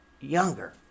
younger